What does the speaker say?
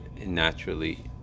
naturally